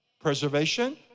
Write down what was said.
Preservation